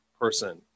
person